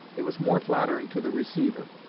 it was more flattering to the receiver,